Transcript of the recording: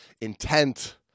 intent